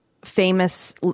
Famous